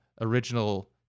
original